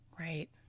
right